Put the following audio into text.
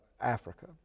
Africa